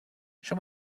show